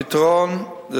הפתרון זה